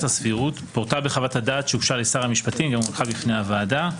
הסבירות פורטה בחוות הדעת שהוגשה לשר המשפטים והנחה בפני הוועדה.